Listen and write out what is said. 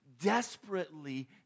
desperately